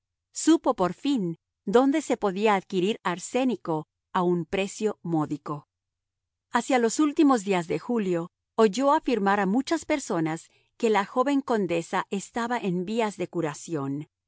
supo por fin donde se podía adquirir arsénico a un precio módico hacia los últimos días de julio oyó afirmar a muchas personas que la joven condesa estaba en vías de curación